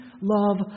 love